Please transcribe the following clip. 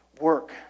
work